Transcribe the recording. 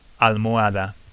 Almohada